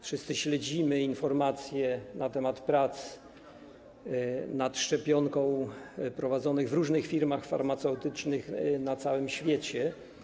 Wszyscy śledzimy informacje na temat prac nad szczepionką prowadzonych w różnych firmach farmaceutycznych na całym świecie.